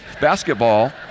basketball